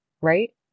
right